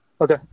Okay